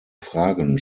fragen